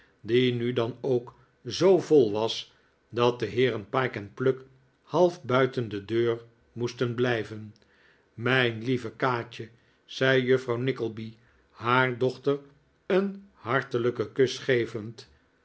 die nu dan ook zoo vol was dat de heeren pyke en pluck half buiten de deur moesten blijven mijn lieve kaatje zei juffrouw nickleby haar dochter een hartelijken kus gevend